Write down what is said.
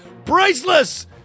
priceless